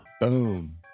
Boom